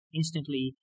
instantly